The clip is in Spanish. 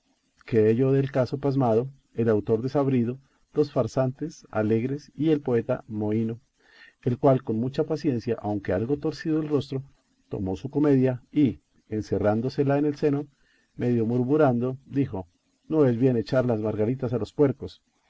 quedé yo del caso pasmado el autor desabrido los farsantes alegres y el poeta mohíno el cual con mucha paciencia aunque algo torcido el rostro tomó su comedia y encerrándosela en el seno medio murmurando dijo no es bien echar las margaritas a los puercos